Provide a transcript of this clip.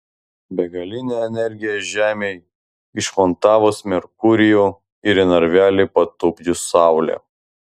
begalinė energija žemei išmontavus merkurijų ir į narvelį patupdžius saulę